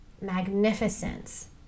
magnificence